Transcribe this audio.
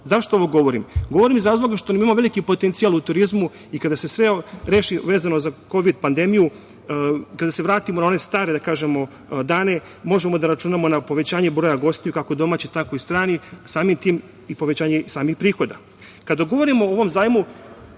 ovo govorim? Govorim iz razloga što imamo preveliki potencijal u turizmu i kada se sve ovo reši vezano za kovid pandemiju, kada se vratimo na one stare dane, možemo da računamo na povećanje broja gostiju kako domaćih tako i stranih, a samim tim i povećanje prihoda. Kada govorimo o ovom zajmu,